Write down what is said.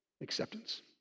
acceptance